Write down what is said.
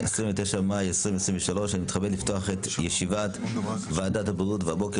29 במאי 2023. אני מתכבד לפתוח את ועדת הבריאות הבוקר